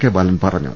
K Balan പറഞ്ഞു